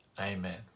Amen